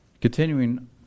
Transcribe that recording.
Continuing